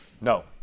No